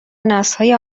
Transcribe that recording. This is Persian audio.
نسلهای